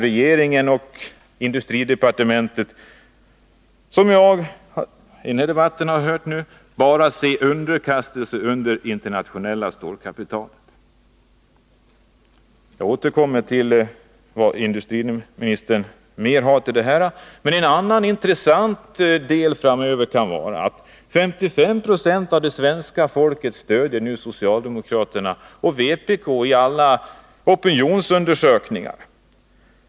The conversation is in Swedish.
Regeringen och industridepartementet kan — att döma av vad jag har hört av dagens debatt — bara se underkastelse under det internationella stålkapitalet. Jag återkommer till vad industriministern hade att säga om detta. Ett intressant konstaterande som kanske kan påverka politiken framöver är att 55 20 av svenska folket i alla opinionsundersökningar nu stöder socialdemokraterna och vpk.